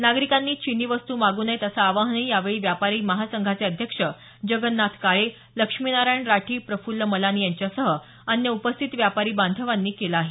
नागरिकांनी चिनी वस्तू मागू नये असं आवाहनही यावेळी व्यापारी महासंघाचे अध्यक्ष जगन्नाथ काळे लक्ष्मीनारायण राठी प्रफुल्ल मालानी यांच्यासह अन्य उपस्थितीत व्यापारी बाधवांनी केल आहे